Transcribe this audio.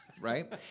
right